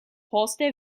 poste